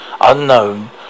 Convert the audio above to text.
unknown